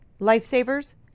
Lifesavers